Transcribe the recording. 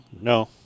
No